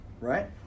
right